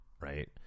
right